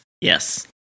Yes